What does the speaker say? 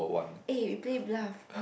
eh play bluff